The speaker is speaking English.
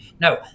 no